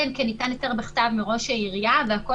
אלא אם כן ניתן היתר בכתב מראש העיריה והכול